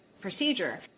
procedure